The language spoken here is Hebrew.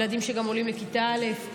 ילדים שגם עולים לכיתה א'.